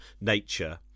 nature